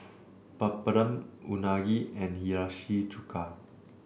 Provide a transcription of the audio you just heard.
Papadum Unagi and Hiyashi Chuka